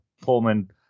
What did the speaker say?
Pullman